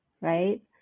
right